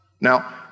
Now